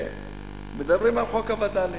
מדברים על חוק הווד"לים.